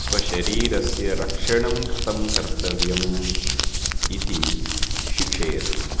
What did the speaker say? स्वशरीरस्य रक्षणं कथं कर्तव्यम् इति शिक्षयति